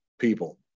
people